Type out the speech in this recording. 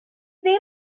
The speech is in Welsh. ddim